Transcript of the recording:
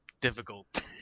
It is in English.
difficult